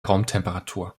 raumtemperatur